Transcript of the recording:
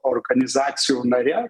organizacijų nare